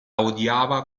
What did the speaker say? odiava